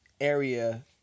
area